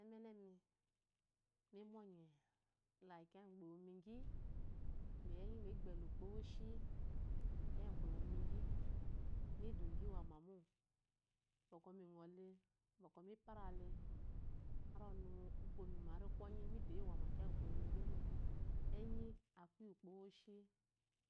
Emenemi mi monye la kiya miyigi, miyi enyi ma gbɛlɛ ukpo owoshi. Kiya ngɔ ko ukpo ewomi gi mi dogi uwama mo. bɔkɔ mi kwɔnyi mi doyi wama kiya ngɔ ewomi gi mo, enyi aku iyi ukpo woshi.